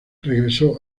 regresó